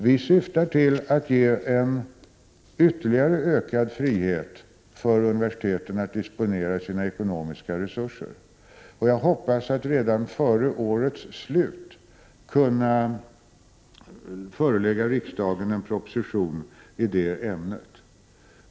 Vi syftar till att ge en ytterligare ökad frihet för universiteten att disponera sina ekonomiska resurser. Jag hoppas att redan före årets slut kunna förelägga riksdagen en proposition i ämnet.